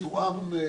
<< יור >> יעקב